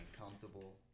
comfortable